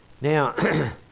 Now